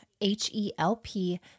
H-E-L-P